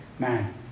Man